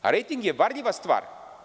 Rejting je varljiva stvar.